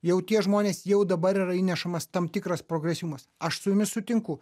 jau tie žmonės jau dabar yra įnešamas tam tikras progresyvumas aš su jumis sutinku